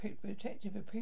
protective